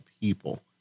people